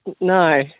No